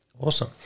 awesome